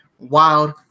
wild